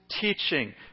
teaching